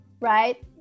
right